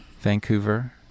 Vancouver